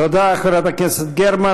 תודה, חברת הכנסת גרמן.